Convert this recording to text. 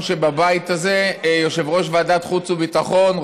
שבבית הזה: יושב-ראש ועדת החוץ והביטחון,